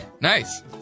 Nice